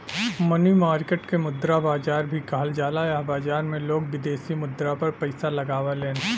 मनी market के मुद्रा बाजार भी कहल जाला एह बाजार में लोग विदेशी मुद्रा पर पैसा लगावेलन